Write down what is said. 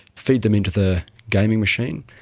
feed them into the gaming machine,